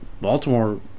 Baltimore